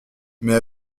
mais